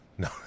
No